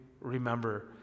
remember